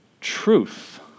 truth